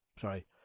sorry